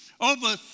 over